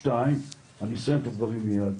דבר שני,